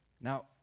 Now